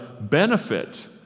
benefit